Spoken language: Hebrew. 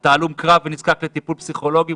אתה הלום קרב ונזקק לטיפול פסיכולוגי?